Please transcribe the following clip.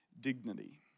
dignity